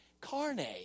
Carne